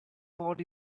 pod